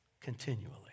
continually